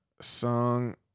song